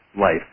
life